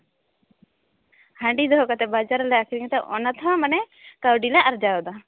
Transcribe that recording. ᱦᱟᱺᱰᱤ ᱫᱚᱦᱚ ᱠᱟᱛᱮᱫ ᱵᱟᱡᱟᱨ ᱨᱮᱞᱮ ᱟᱹᱠᱷᱨᱤᱧ ᱛᱮ ᱚᱱᱟ ᱛᱮᱦᱚᱸ ᱢᱟᱱᱮ ᱠᱟᱹᱣᱰᱤᱞᱮ ᱟᱨᱡᱟᱣᱮᱫᱟ